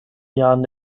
jahren